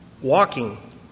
walking